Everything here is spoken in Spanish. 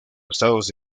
estados